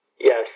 Yes